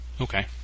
Okay